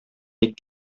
ник